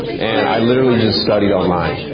and i literally just studied online.